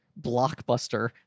blockbuster